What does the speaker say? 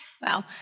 Wow